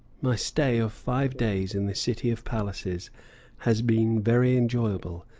my stay of five days in the city of palaces has been very enjoyable,